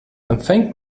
empfängt